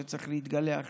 שצריך להתגלח